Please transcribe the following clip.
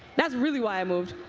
that's really why i moved.